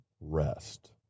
rest